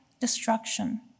destruction